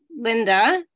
Linda